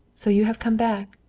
so you have come back!